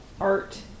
Art